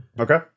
Okay